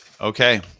Okay